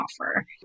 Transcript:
offer